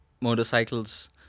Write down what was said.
motorcycles